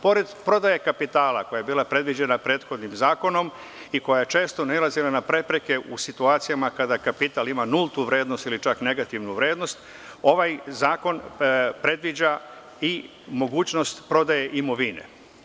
Pored prodaje kapitala koja je bila predviđena prethodnim zakonom i koja je često nailazila na prepreke u situacijama kada kapital ima nultu vrednost ili čak negativnu vrednost, ovaj zakon predviđa i mogućnost prodaje imovine.